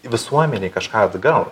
visuomenei kažką atgal